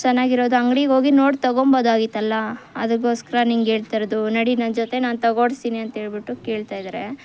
ಚೆನ್ನಾಗಿರೋದು ಅಂಗ್ಡಿಗೆ ಹೋಗಿ ನೋಡಿ ತೊಗೊಳ್ಬೋದಾಗಿತ್ತಲ್ಲ ಅದಕ್ಕೋಸ್ಕರ ನಿಂಗೆ ಹೇಳ್ತಾ ಇರೋದು ನಡಿ ನನ್ನ ಜೊತೆ ನಾನು ತಗೊಡಿಸ್ತೀನಿ ಅಂಥೇಳ್ಬಿಟ್ಟು ಕೇಳ್ತಾ ಇದ್ದಾರೆ